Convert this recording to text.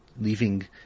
leaving